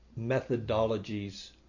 methodologies